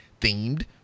Themed